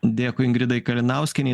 dėkui ingridai kalinauskienei